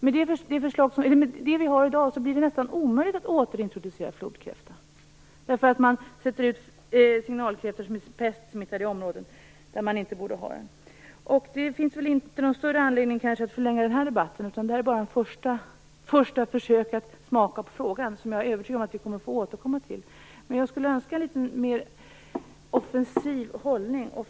Med de regler vi har i dag blir det nästan omöjligt att återintroducera flodkräftan, därför att man sätter ut signalkräftor som är pestsmittade i områden där man inte borde ha dem. Det finns kanske inte någon större anledning att förlänga den här debatten. Det här är bara ett första försök att smaka på frågan, som jag är övertygad om att vi får återkomma till. Men jag skulle önska en litet mer offensiv hållning.